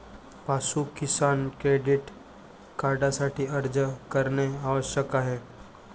पाशु किसान क्रेडिट कार्डसाठी अर्ज करणे आवश्यक आहे